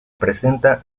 presenta